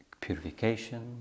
purification